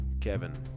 Kevin